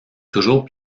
toujours